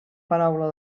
paraula